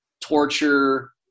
torture